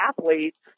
athletes